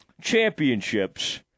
championships